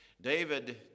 David